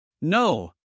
No